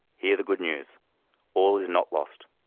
hear the good news all is not lost!